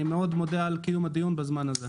אני מודה מאוד על קיום הדיון בזמן הזה.